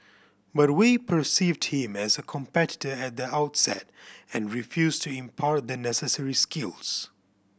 but Wei perceived him as a competitor at the outset and refused to impart the necessary skills